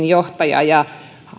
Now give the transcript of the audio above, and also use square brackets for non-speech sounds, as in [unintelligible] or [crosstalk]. [unintelligible] johtaja ja